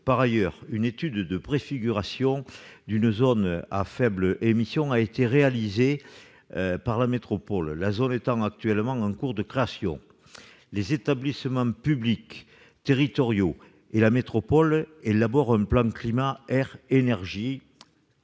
Par ailleurs, une étude de préfiguration d'une zone à faibles émissions a été réalisée par la métropole ; cette zone est en cours de création. Les établissements publics territoriaux de la métropole élaborent, pour leur part, un